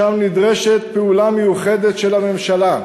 שם נדרשת פעולה מיוחדת של הממשלה.